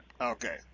Okay